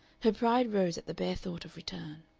her pride rose at the bare thought of return.